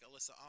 Alyssa